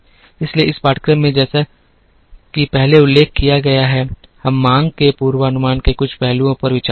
इसलिए इस पाठ्यक्रम में जैसा कि पहले उल्लेख किया गया है हम मांग के पूर्वानुमान के कुछ पहलुओं पर विचार करेंगे